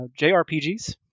JRPGs